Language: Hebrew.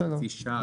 בסדר,